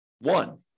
one